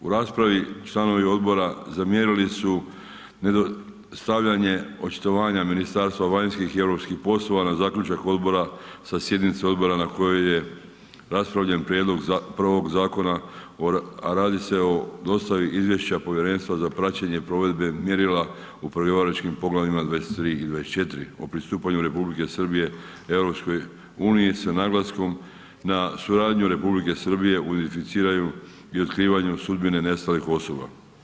U raspravi članovi odbora zamjerili su nedostavljanje očitovanja Ministarstva vanjskih i europskih poslova na zaključak odbora sa sjednice odbora na kojoj je raspravljen prijedlog prvog zakona a radi se o dostavi izvješća povjerenstva za praćenje provedbe mjerila ... poglavljima 23 i 24 o pristupanju Republike Srbije EU-u s naglaskom na suradnju Republike Srbije u identificiranju i otkrivanju sudbine nestalih osoba.